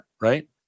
right